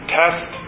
test